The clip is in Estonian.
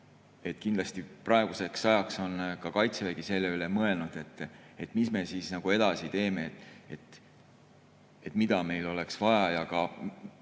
Kindlasti praeguseks ajaks on ka Kaitsevägi selle üle mõelnud, mis me edasi teeme, mida meil oleks vaja.